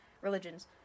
religions